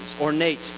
ornate